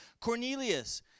Cornelius